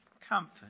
comfort